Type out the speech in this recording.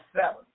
seven